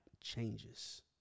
changes